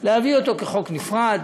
להביא אותו כחוק נפרד.